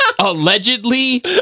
Allegedly